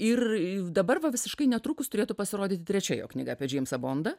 ir dabar va visiškai netrukus turėtų pasirodyti trečia jo knyga apie džeimsą bondą